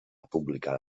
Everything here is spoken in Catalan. publicar